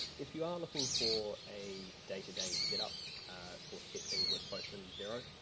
if you are looking for a day to day setup for testing with postman xero,